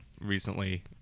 recently